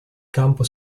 campo